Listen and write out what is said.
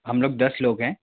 हम लोग दस लोग हैं